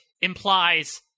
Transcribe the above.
implies